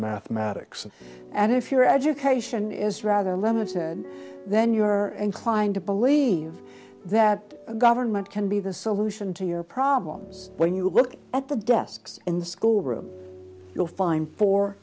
mathematics and if your education is rather limited then you are inclined to believe that government can be the solution to your problems when you look at the desks in the school room you'll find for